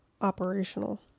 operational